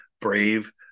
brave